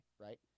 right